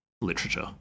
literature